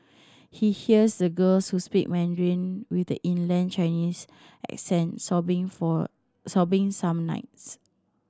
he hears the girls who speak Mandarin with the inland Chinese accents sobbing for sobbing some nights